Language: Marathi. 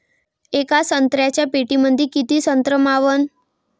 येका संत्र्याच्या पेटीमंदी किती संत्र मावन?